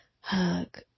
hug